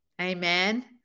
Amen